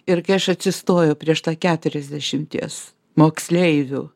ir kai aš atsistojau prieš tą keturiasdešimties moksleivių